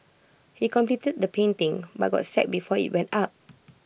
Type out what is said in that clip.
he completed the painting but got sacked before IT went up